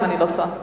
אם אני לא טועה,